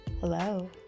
Hello